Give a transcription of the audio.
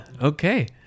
Okay